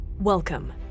Welcome